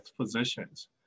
physicians